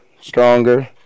stronger